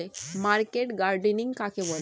Market gardening কাকে বলে?